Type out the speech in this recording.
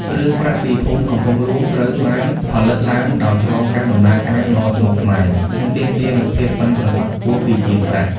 គ្រឿងប្រាក់ពីភូមិកំពង់ហ្លួង ត្រូវបានផលិតឡើងដោយឆ្លងកាត់ដំណើរការដ៏ស្មុគស្មាញ និងទាមទារនូវភាពប៉ិនប្រសប់ខ្ពស់ពីជាងប្រាក់។